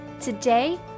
Today